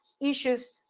issues